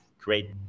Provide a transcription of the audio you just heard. great